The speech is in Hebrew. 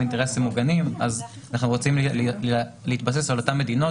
אינטרסים מוגנים אז אנחנו רוצים להתבסס על אותן מדינות